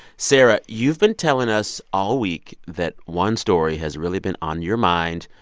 sarah, you've been telling us all week that one story has really been on your mind.